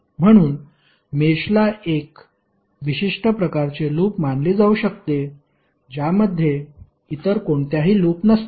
म्हणून मेषला एक विशिष्ट प्रकारचे लूप मानली जाऊ शकते ज्यामध्ये इतर कोणत्याही लूप नसतात